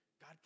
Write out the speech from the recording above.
God